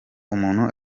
umuntu